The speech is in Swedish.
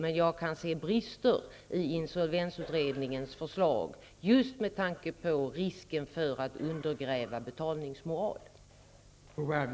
Men jag kan se brister i insolvensutredningens förslag just med tanke på risken för att betalningsmoralen undergrävs.